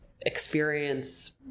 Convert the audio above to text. experience